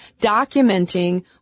documenting